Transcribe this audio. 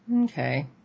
Okay